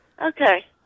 Okay